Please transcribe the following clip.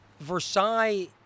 Versailles